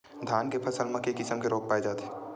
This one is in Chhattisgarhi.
धान के फसल म के किसम के रोग पाय जाथे?